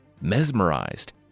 mesmerized